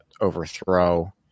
overthrow